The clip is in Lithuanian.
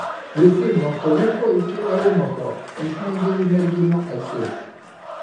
visi nuo kalifo iki eunucho įsmeigė į merginą akis